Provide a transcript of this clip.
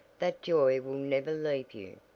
that joy will never leave you.